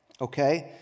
Okay